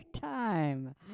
time